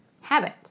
habit